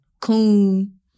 coon